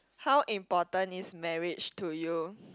how important is marriage to you